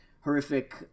horrific